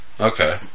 Okay